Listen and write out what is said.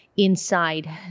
inside